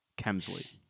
Kemsley